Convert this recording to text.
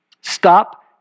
stop